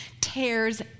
tears